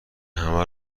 همه